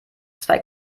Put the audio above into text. zwei